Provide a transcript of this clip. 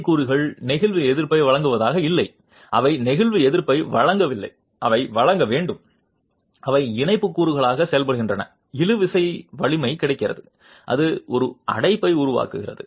C கூறுகள் நெகிழ்வு எதிர்ப்பை வழங்குவதாக இல்லை அவை நெகிழ்வு எதிர்ப்பை வழங்கவில்லை அவை வழங்க வேண்டும் அவை இணைப்பு கூறுகளாக செயல்படுகின்றன இழுவிசை வலிமை கிடைக்கிறது அது அடைப்பை உருவாக்குகிறது